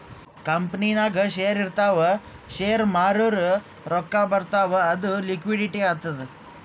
ಕಂಪನಿನಾಗ್ ಶೇರ್ ಇರ್ತಾವ್ ಶೇರ್ ಮಾರೂರ್ ರೊಕ್ಕಾ ಬರ್ತಾವ್ ಅದು ಲಿಕ್ವಿಡಿಟಿ ಆತ್ತುದ್